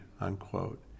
unquote